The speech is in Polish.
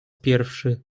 pierwszy